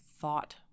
thought